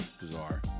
Bizarre